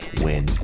win